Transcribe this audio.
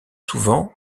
souvent